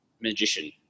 magician